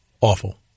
Awful